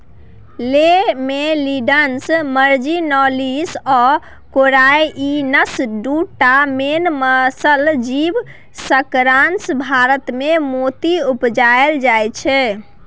Lamellidens marginalis आ corrianus दु टा मेन मसल जीब जकरासँ भारतमे मोती उपजाएल जाइ छै